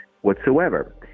whatsoever